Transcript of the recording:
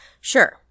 Sure